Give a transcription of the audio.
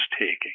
taking